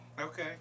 Okay